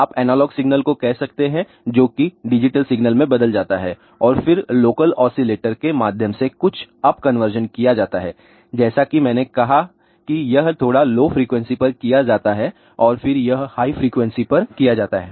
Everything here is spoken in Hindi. आप एनालॉग सिग्नल को कह सकते हैं जो कि डिजिटल सिग्नल में बदल जाता है और फिर लोकल ऑसिलेटर के माध्यम से कुछ अप कन्वर्जन किया जाता है जैसा कि मैंने कहा कि यह थोड़ा लो फ्रिकवेंसी पर किया जाता है और फिर यह हाई फ्रिकवेंसी पर किया जाता है